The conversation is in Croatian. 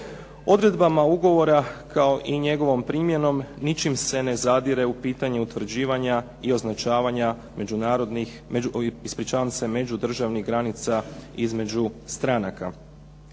Odredbama ugovora kao i njegovom primjenom ničim se ne zadire u pitanje utvrđivanja i označavanja međunarodnih, ispričavam se međudržavnih granica između stranaka.